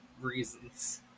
reasons